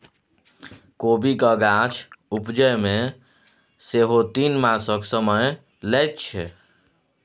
कोबीक गाछ उपजै मे सेहो तीन मासक समय लैत छै